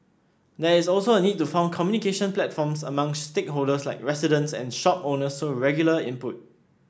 there is also a need to form communication platforms among stakeholders like residents and shop owners so regular input